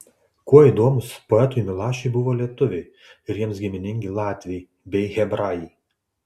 kuo įdomūs poetui milašiui buvo lietuviai ir jiems giminingi latviai bei hebrajai